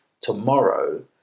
tomorrow